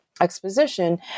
Exposition